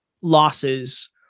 losses